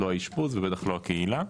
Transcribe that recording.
לא האשפוז ובטח לא הקהילה.